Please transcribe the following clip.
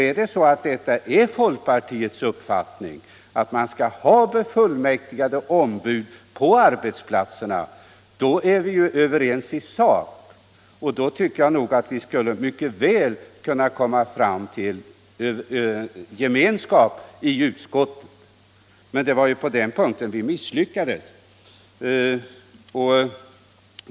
Är det folkpartiets uppfattning att man skall ha befullmäktigade ombud på arbetsplatserna, då är vi överens i sak, och då tycker jag att vi mycket väl skulle ha kunnat komma fram till gemensam skrivning i utskottet, men det var ju på den punkten som vi misslyckades.